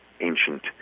ancient